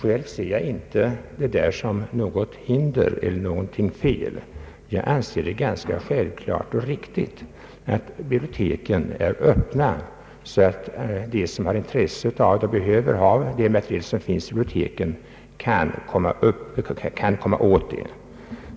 Själv ser jag inte detta som något hinder eller något fel. Jag anser det ganska självklart och riktigt att biblioteken är öppna, så att de som har intresse av och behöver det material som finns i biblioteken kan komma åt det.